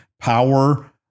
power